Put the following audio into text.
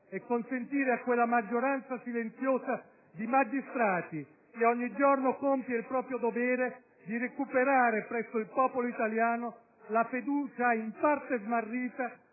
e consentire a quella maggioranza silenziosa di magistrati che ogni giorno compie il proprio dovere di recuperare presso il popolo italiano la fiducia in parte smarrita